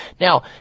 Now